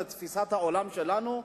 לתפיסת העולם שלנו,